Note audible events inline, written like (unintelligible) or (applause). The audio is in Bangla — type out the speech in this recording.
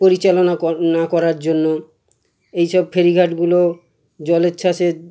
পরিচালনা (unintelligible) না করার জন্য এই সব ফেরিঘাটগুলো জলোচ্ছ্বাসে